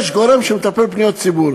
יש גורם שמטפל בפניות ציבור.